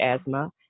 asthma